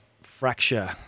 fracture